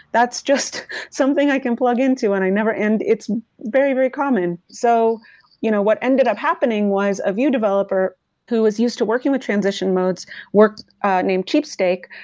that's just something i can plug in to and i never end, it's very very common. so you know what ended up happening was, a vue developer who was used to working with transition modes work named cheap stake,